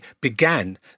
began